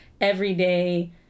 everyday